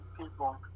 people